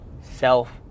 self